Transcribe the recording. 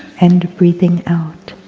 and breathing out.